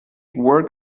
work